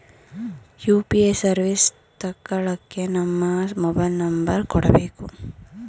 UPA service ತಕ್ಕಳ್ಳಕ್ಕೇ ನಮ್ಮ mobile number ಕೊಡಬೇಕು